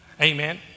Amen